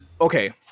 Okay